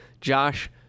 Josh